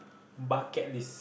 bucket list